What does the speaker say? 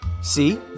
See